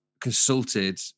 consulted